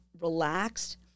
relaxed